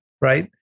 right